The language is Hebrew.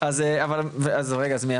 עולה ליב'.